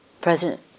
President